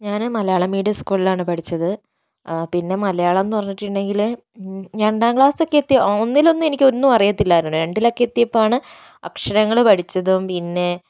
ഞാൻ മലയാളം മീഡിയം സ്കൂളിലാണ് പഠിച്ചത് പിന്നെ മലയാളം എന്ന് പറഞ്ഞിട്ടുണ്ടെങ്കില് രണ്ടാം ക്ലാസ്സൊക്കെ എത്തി ഒന്നിലൊന്നും എനിക്ക് ഒന്നും അറിയത്തിലായിരുന്നു രണ്ടിലൊക്കെ എത്തിയപ്പോഴാണ് അക്ഷരങ്ങൾ പഠിച്ചതും പിന്നെ